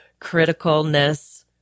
criticalness